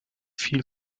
viel